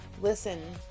Listen